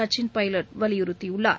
சச்சின் பைலட் வலியுறுத்தியுள்ளார்